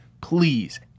Please